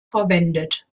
verwendet